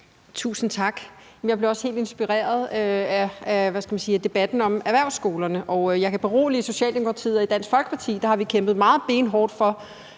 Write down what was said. Tusind tak. Jeg blev også helt inspireret af debatten om erhvervsskolerne, og jeg kan berolige Socialdemokratiet med, at i Dansk Folkeparti har vi kæmpet benhårdt for